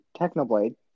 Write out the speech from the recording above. Technoblade